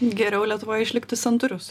geriau lietuvoje išliktų santūrius